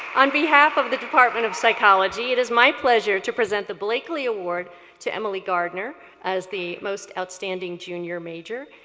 on behalf of the department of psychology, it is my pleasure to present the blakeley award to emily gardner as the most outstanding junior major.